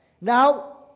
Now